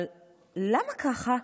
למה ככה?